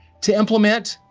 to implement,